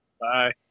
Bye